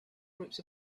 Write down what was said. groups